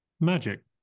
Magic